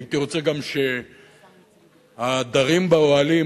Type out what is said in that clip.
הייתי רוצה גם שהדרים באוהלים,